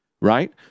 right